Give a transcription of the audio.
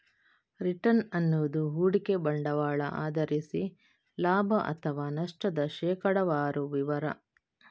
return ಅನ್ನುದು ಹೂಡಿಕೆ ಬಂಡವಾಳ ಆಧರಿಸಿ ಲಾಭ ಅಥವಾ ನಷ್ಟದ ಶೇಕಡಾವಾರು ವಿವರ